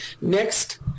next